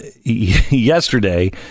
yesterday